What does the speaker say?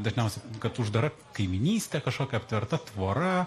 dažniausia kad uždara kaimynystė kažkokia aptverta tvora